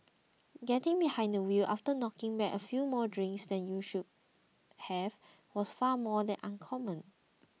getting behind the wheel after knocking back a few more drinks than you should have was far from uncommon